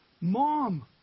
Mom